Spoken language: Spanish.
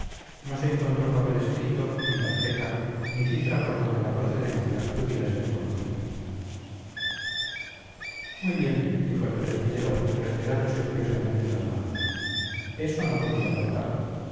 no se encontró papel escrito ni tarjeta ni cifra por donde la procedencia pudiera ser conocida muy bien dijo el presbítero restregándose furiosamente las manos eso no podía faltar